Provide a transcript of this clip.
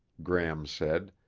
gram said,